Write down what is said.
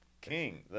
king